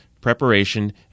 preparation